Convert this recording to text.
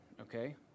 okay